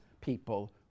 people